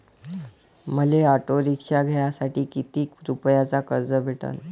मले auto rickshaw घ्यासाठी कितीक रुपयाच कर्ज भेटनं?